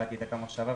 איבדתי את קו המחשבה.